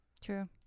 True